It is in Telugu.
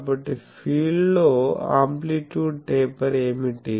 కాబట్టి ఫీల్డ్ లో ఆమ్ప్లిట్యూడ్ టేపర్ ఏమిటి